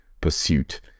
pursuit